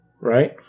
right